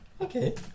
Okay